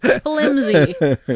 Flimsy